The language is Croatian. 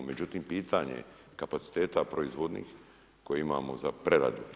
Međutim, pitanje je kapaciteta proizvodnje koje imamo za preradu.